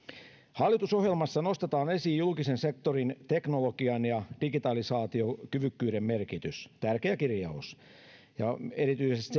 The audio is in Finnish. hallitusohjelmassa nostetaan esiin julkisen sektorin teknologian ja digitalisaatiokyvykkyyden merkitys tärkeä kirjaus erityisesti